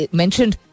mentioned